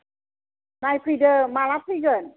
नायफैदो माला फैगोन